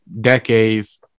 Decades